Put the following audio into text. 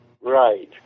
Right